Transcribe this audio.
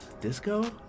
Disco